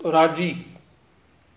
राज़ी